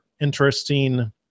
interesting